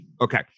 Okay